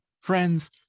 friends